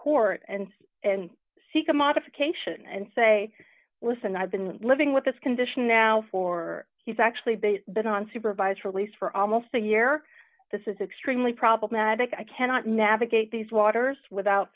court and seek a modification and say listen i've been living with this condition now for he's actually been on supervised release for almost a year this is extremely problematic i cannot navigate these waters without